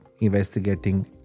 investigating